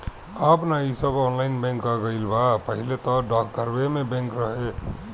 अब नअ इ सब ऑनलाइन बैंक आ गईल बा पहिले तअ डाकघरवे में बैंक रहे